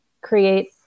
create